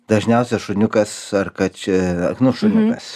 dažniausia šuniukas ar kač nu šuniukas